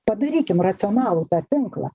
padarykim racionalų tą tinklą